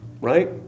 right